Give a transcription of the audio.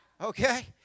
Okay